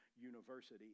University